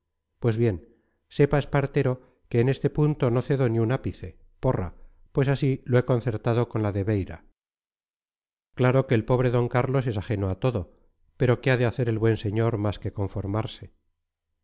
pues bien sepa espartero que en este punto no cedo ni un ápice porra pues así lo he concertado con la de beira claro que el pobre d carlos es ajeno a todo pero qué ha de hacer el buen señor más que conformarse